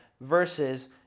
versus